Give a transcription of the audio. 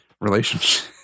relationship